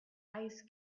ice